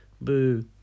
Boo